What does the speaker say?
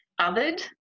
othered